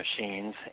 machines